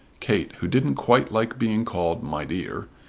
kate, who didn't quite like being called my dear,